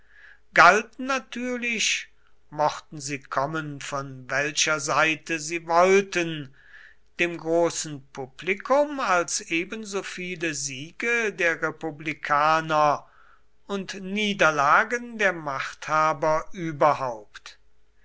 galten natürlich mochten sie kommen von welcher seite sie wollten dem großen publikum als ebensoviele siege der republikaner und niederlagen der machthaber überhaupt